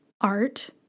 art